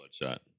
Bloodshot